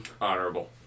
Honorable